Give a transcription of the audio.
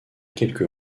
quelques